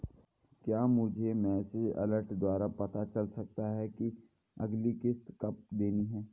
क्या मुझे message alert द्वारा पता चल सकता कि अगली किश्त कब देनी है?